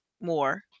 more